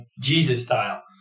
Jesus-style